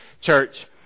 Church